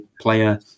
player